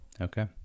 Okay